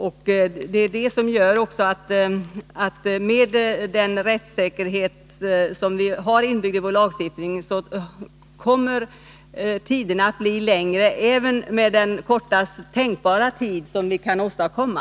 Också det gör att med den rättssäkerhet som vi har inbyggd i vår lagstiftning kommer handläggningstiderna att bli längre även med den kortaste tänkbara tid som vi kan åstadkomma.